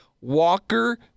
Walker